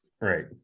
right